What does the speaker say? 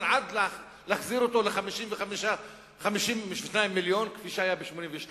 שקל עד שיחזירו אותו ל-52 מיליון כפי שהיה ב-1982,